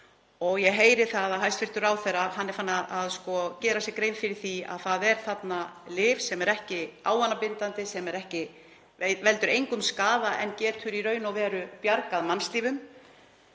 Ég heyri að hæstv. ráðherra er farinn að gera sér grein fyrir því að það er þarna lyf sem er ekki ávanabindandi, sem veldur engum skaða en getur í raun og veru bjargað mannslífum.